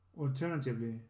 Alternatively